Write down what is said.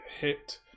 hit